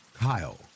Kyle